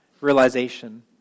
realization